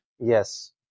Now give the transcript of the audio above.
Yes